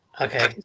Okay